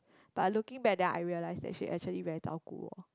but looking back then I realize that she actually very 照顾我